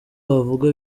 wavuga